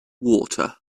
water